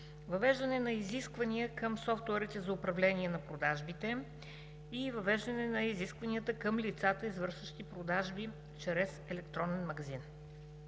въвеждане на изисквания към софтуерите за управление на продажбите и въвеждане на изискванията към лицата, извършващи продажби чрез електронен магазин.